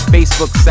Facebook